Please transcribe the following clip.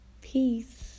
Peace